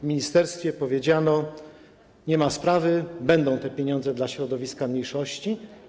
W ministerstwie powiedziano: nie ma sprawy, będą pieniądze dla środowiska mniejszości.